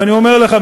ואני אומר לך,